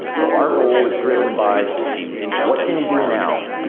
so our goal is driven by what can you do now?